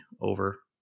over